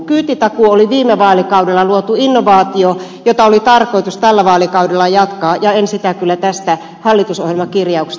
kyytitakuu oli viime vaalikaudella luotu innovaatio jota oli tarkoitus tällä vaalikaudella jatkaa mutta en sitä kyllä tästä hallitusohjelmakirjauksesta löydä